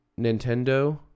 nintendo